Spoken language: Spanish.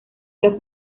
los